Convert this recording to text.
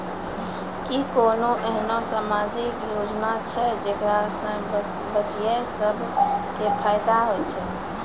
कि कोनो एहनो समाजिक योजना छै जेकरा से बचिया सभ के फायदा होय छै?